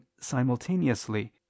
simultaneously